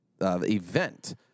event